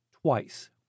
twice